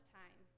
time